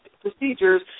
procedures